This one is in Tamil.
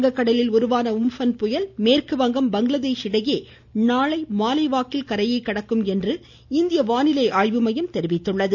வங்க கடலில் உருவான உம்புன் புயல் மேற்கு வங்கம் பங்களாதேஷ் இடையே நாளை மாலைவாக்கில் கரையை கடக்கும் என்று இந்திய வானிலை ஆய்வு மையம் தெரிவித்துள்ளது